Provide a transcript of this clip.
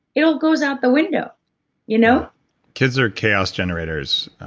it all goes out the window you know kids are chaos generators,